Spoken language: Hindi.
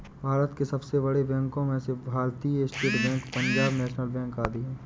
भारत के सबसे बड़े बैंको में से Bharatiya state bank, Punjab national bank आदि है